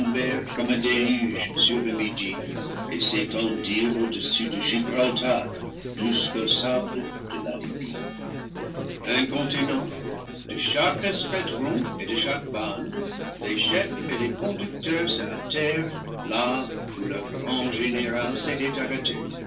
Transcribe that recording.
comme un déluge sur le midi et s'étendirent au-dessous de gibraltar jusqu'aux sables de la libye incontinent de chaque escadron et de chaque bande les chefs et les conducteurs se hâtèrent là où leur grand général s'était arrêté